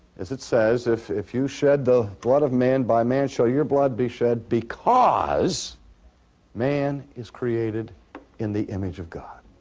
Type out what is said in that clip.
as it says if if you shed the blood of man by man shall your blood be shed, because man is created in the image of god.